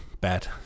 bad